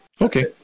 Okay